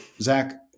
Zach